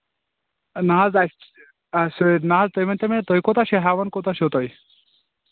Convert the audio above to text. نہَ حظ اَسہِ اَسہِ سٍتۍ نہَ حظ تُہۍ ؤنۍتَو مےٚ تُہۍ کوٗتاہ چھِو ہیٚوان ہیٚوان کوٗتاہ چھِو تُہۍ